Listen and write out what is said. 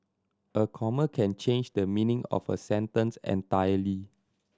a comma can change the meaning of a sentence entirely